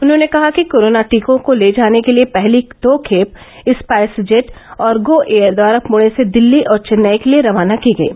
उन्होंने कहा कि कोरोना टीकों को ले जाने के लिए पहली दो खेप स्पाइस जेट और गो एयर द्वारा पणे से दिल्ली और चेन्नई के लिए रवाना की गईं